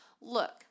look